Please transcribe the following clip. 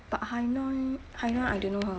but hai noi hai noi I don't know her